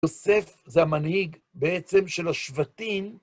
יוסף זה המנהיג בעצם של השבטים.